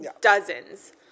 dozens